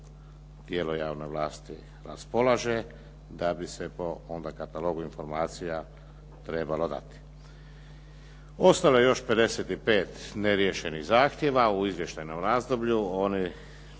tijelo javne vlasti raspolaže da bi se onda po katalogu informacija trebalo dati. Ostalo je još 55 neriješenih zahtjeva u izvještajnom razdoblju. Oni